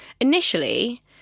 Initially